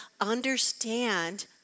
understand